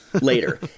later